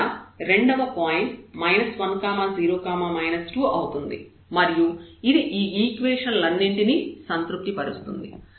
ఇక్కడ రెండవ పాయింట్ 1 0 2 అవుతుంది మరియు ఇది ఈ ఈక్వేషన్ లన్నింటినీ సంతృప్తి పరుస్తుంది